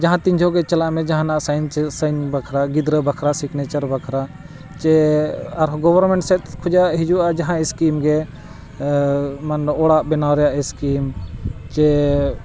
ᱡᱟᱦᱟᱸ ᱛᱤᱱ ᱡᱚᱦᱚᱜ ᱜᱮ ᱪᱟᱞᱟᱜ ᱢᱮ ᱡᱟᱦᱟᱸᱱᱟᱜ ᱥᱟᱭᱤᱱ ᱥᱟᱭᱤᱱ ᱵᱟᱠᱷᱨᱟ ᱜᱤᱫᱽᱨᱟᱹ ᱵᱟᱠᱷᱨᱟ ᱥᱤᱜᱽᱱᱮᱪᱟᱨ ᱵᱟᱠᱷᱨᱟ ᱥᱮ ᱟᱨᱦᱚᱸ ᱜᱚᱵᱷᱚᱨᱱᱢᱮᱱᱴ ᱥᱮᱫ ᱠᱷᱚᱡᱟᱜ ᱦᱤᱡᱩᱜᱼᱟ ᱡᱟᱦᱟᱸ ᱥᱠᱤᱢ ᱜᱮ ᱢᱟᱱᱮ ᱚᱲᱟᱜ ᱵᱮᱱᱟᱣ ᱨᱮᱱᱟᱜ ᱥᱠᱤᱢ ᱪᱮ